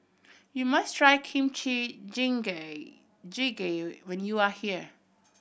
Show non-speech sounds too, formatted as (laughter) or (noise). you must try Kimchi (unintelligible) Jjigae when you are here